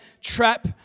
trap